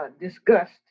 discussed